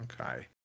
Okay